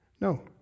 No